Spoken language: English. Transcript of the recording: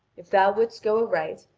if thou wouldst go aright,